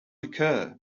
occur